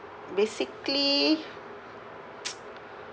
basically